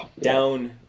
down